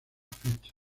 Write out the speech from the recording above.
fecha